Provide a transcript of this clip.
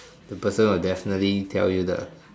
the person will definitely tell you the